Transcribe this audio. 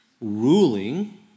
ruling